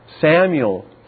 Samuel